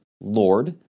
Lord